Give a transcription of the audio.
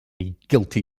guilty